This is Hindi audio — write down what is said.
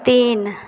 तीन